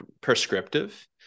prescriptive